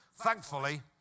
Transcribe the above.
Thankfully